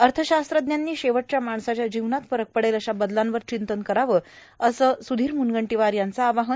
अथशास्त्रज्ञांनी शेवटच्या माणसाच्या जीवनात फरक पडेल अशा बदलांवर र्चिंतन करावं असं मत स्रधीर म्रनगंटोवार यांचं आवाहन